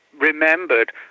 remembered